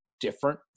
different